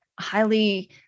highly